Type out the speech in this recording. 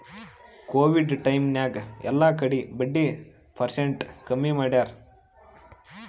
Covid time ನಾಗ್ ಎಲ್ಲಾ ಕಡಿ ಬಡ್ಡಿ ಪರ್ಸೆಂಟ್ ಕಮ್ಮಿ ಮಾಡ್ಯಾರ್